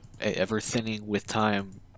ever-thinning-with-time